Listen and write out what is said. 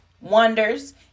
wonders